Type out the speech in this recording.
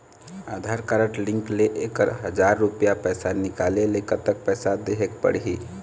आधार card link ले एक हजार रुपया पैसा निकाले ले कतक पैसा देहेक पड़ही?